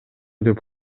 деп